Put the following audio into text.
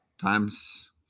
times